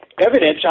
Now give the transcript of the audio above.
Evidence